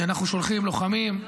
אנחנו שולחים לוחמים,